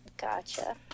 Gotcha